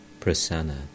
Prasanna